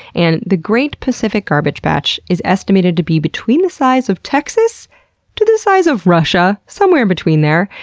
and the great pacific garbage patch is estimated to be between the size of texas to the size of russia, somewhere in between there.